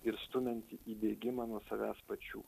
ir stumiantį į bėgimą nuo savęs pačių